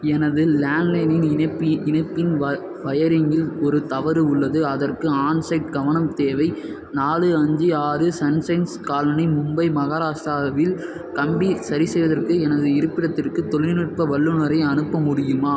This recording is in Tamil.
எனது லேண்ட் லைனின் இணைப்பு இணைப்பின் வ வயரிங்கில் ஒரு தவறு உள்ளது அதற்கு ஆன்சைட் கவனம் தேவை நாலு அஞ்சு ஆறு சன் சைன்ஸ் காலனி மும்பை மகாராஷ்டிராவில் கம்பி சரிசெய்வதற்கு எனது இருப்பிடத்திற்கு தொழில்நுட்ப வல்லுநரை அனுப்ப முடியுமா